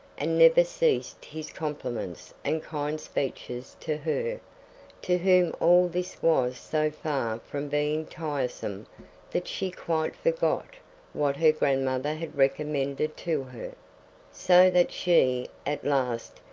and never ceased his compliments and kind speeches to her to whom all this was so far from being tiresome that she quite forgot what her godmother had recommended to her so that she, at last,